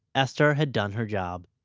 esther had done her job.